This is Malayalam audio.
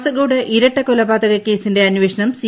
കാസർഗോഡ് ഇരട്ടകൊലപാതക ക്ലേസിന്റെ അന്വേഷണം സി